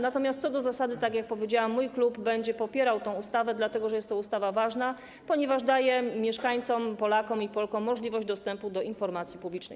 Natomiast co do zasady, tak jak powiedziałam, mój klub będzie popierał tę ustawę, dlatego że jest to ustawa ważna, ponieważ daje mieszkańcom, Polakom i Polkom, możliwość dostępu do informacji publicznej.